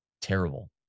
terrible